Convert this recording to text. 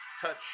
touch